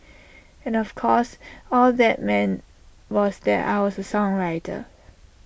and of course all that meant was that I was A songwriter